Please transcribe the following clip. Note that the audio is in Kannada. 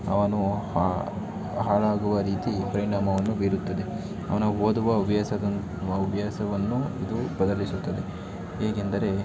ಅವನು ಹಾಳಾಗುವ ರೀತಿ ಪರಿಣಾಮವನ್ನು ಬೀರುತ್ತದೆ ಅವನ ಓದುವ ಹವ್ಯಾಸವನ್ನ ಹವ್ಯಾಸವನ್ನು ಇದು ಬದಲಿಸುತ್ತದೆ ಹೇಗೆಂದರೆ